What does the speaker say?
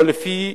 או לפי